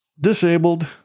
disabled